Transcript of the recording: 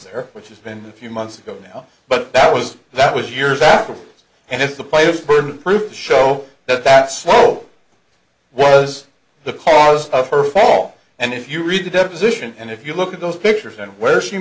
there which is been a few months ago now but that was that was years after and if the players burden of proof show that's world war was the cause of her fall and if you read the deposition and if you look at those pictures and where she